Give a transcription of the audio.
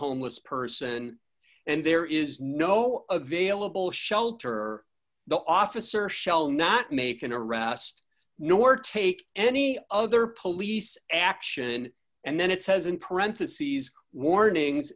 homeless person and there is no available shelter the officer shall not make an arrest nor take any other police action and then it says in parentheses warnings